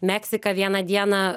meksika vieną dieną